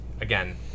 again